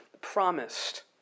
promised